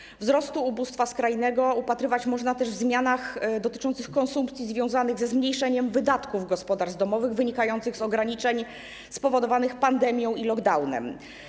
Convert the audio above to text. Przyczyn wzrostu ubóstwa skrajnego upatrywać można w zmianach dotyczących konsumpcji, związanych ze zmniejszeniem się wydatków gospodarstw domowych wynikającym z ograniczeń spowodowanych pandemią i lockdownem.